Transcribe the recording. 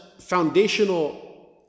foundational